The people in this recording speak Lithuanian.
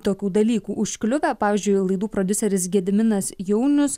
tokių dalykų užkliuvę pavyzdžiui laidų prodiuseris gediminas jaunius